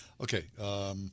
Okay